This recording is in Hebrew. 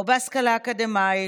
לא בהשכלה אקדמית,